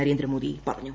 നരേന്ദ്രമോദി പറഞ്ഞു